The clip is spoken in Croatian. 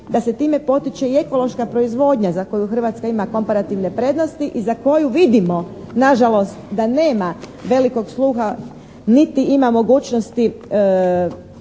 da se time potiče i ekološka proizvodnja za koju Hrvatska ima komparativne prednosti i za koju vidimo na žalost da nema velikog sluha niti ima mogućnosti